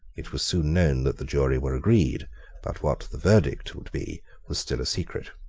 it was soon known that the jury were agreed but what the verdict would be was still a secret.